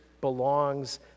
belongs